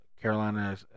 Carolina